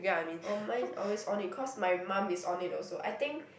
oh mine always on it cause my mum is on it also I think